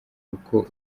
uko